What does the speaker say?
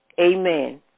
Amen